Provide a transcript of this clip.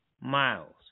Miles